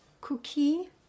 cookie